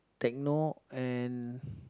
techno and